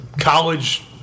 college